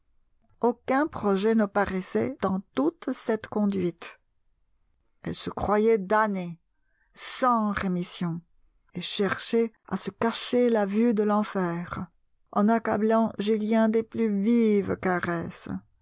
aucun projet ne paraissait dans toute cette conduite elle se croyait damnée sans rémission et cherchait à se cacher la vue de l'enfer en accablant julien des plus vives caresses